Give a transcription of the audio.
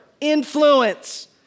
influence